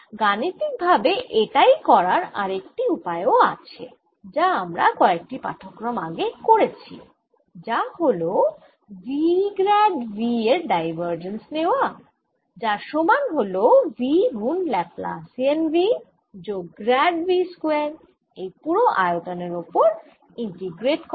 গাণিতিক ভাবে এটাই করার আরেকটি উপায় ও আছে যা আমরা কয়েকটি পাঠক্রম আগে করেছি যা হল v গ্র্যাড v এর ডাইভারজেন্স নেওয়া যার সমান হল v গুন ল্যাপ্লাসিয়ান v যোগ গ্র্যাড v স্কয়ার এই পুরো আয়তনের অপর ইন্টিগ্রেট করলে